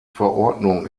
verordnung